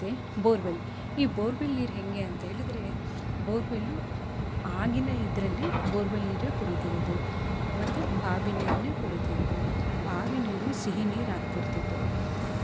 borewell ಈ borewell ನೀರು ಹೇಗೆ ಅಂತ ಹೇಳಿದ್ರೆ ಬೋರ್ವೆಲ್ಲು ಆಗಿನ ಇದರಲ್ಲಿ ಬೋರ್ವೆಲ್ ನೀರೇ ಕುಡಿತಿದ್ದಿದ್ದು ಮತ್ತು ಬಾವಿ ನೀರನ್ನೇ ಕುಡಿತಿದ್ದಿದ್ದು ಬಾವಿ ನೀರು ಸಿಹಿ ನೀರು ಆಗ್ತಿರ್ತಿತ್ತು